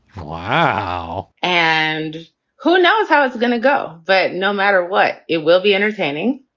wow. and who knows how it's going to go. but no matter what, it will be entertaining.